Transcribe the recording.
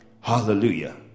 Hallelujah